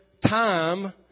time